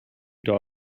dog